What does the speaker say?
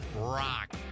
rock